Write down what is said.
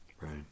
right